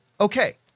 Okay